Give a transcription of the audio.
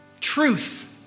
Truth